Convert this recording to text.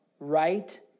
right